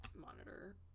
monitor